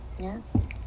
yes